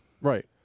Right